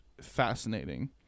fascinating